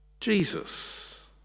jesus